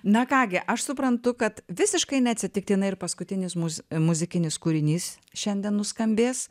na ką gi aš suprantu kad visiškai neatsitiktinai ir paskutinis mūsų muzikinis kūrinys šiandien nuskambės